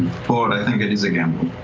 fjord, i think it is a gamble.